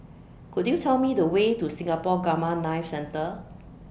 Could YOU Tell Me The Way to Singapore Gamma Knife Centre